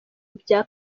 bya